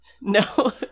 No